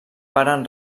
varen